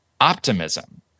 optimism